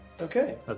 Okay